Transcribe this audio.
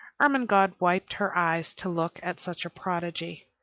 ermengarde wiped her eyes to look at such a prodigy.